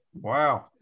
Wow